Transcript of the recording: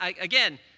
Again